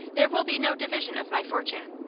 there will be no division of my fortune.